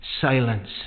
silence